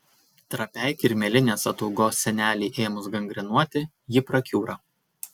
trapiai kirmėlinės ataugos sienelei ėmus gangrenuoti ji prakiūra